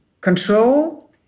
control